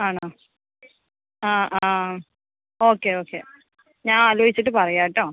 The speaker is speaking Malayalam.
ആണോ